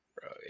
Bro